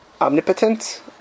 omnipotent